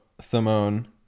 Simone